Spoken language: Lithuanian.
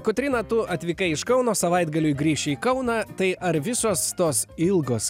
kotryna tu atvykai iš kauno savaitgaliui grįši į kauną tai ar visos tos ilgos